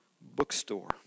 bookstore